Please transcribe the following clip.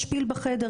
יש פיל בחדר,